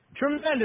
Tremendous